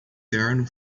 terno